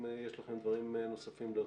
אם יש לכם דברים נוספים להוסיף.